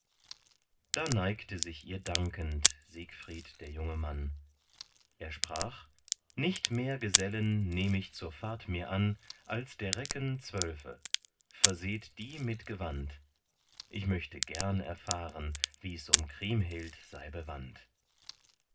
da neigte sich ihr dankend siegfried der junge mann er sprach nicht mehr gesellen nehm ich zur fahrt mir an als der recken zwölfe verseht die mit gewand ich möchte gern erfahren wie's um kriemhild sei bewandt